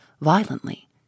violently